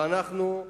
ואנחנו,